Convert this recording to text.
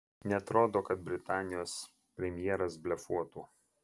neatrodo kad britanijos premjeras blefuotų